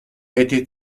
été